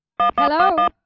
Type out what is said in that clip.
Hello